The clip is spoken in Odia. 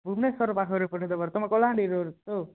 ଭୁବନେଶ୍ୱର ପାଖରେ ପଠାଇ ଦେବାର୍ ତୁମେ କଲାହାଣ୍ଡିରେ ରହୁଛ ତ